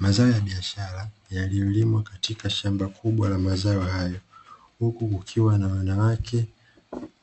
Mazao ya biashara yaliyolimwa katika shamba kubwa la mazao hayo, huku kukiwa na wanawake